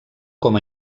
com